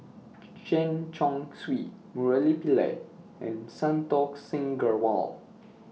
Chen Chong Swee Murali Pillai and Santokh Singh Grewal